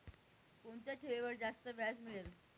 कोणत्या ठेवीवर जास्त व्याज मिळेल?